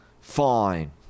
fine